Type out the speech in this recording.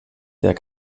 der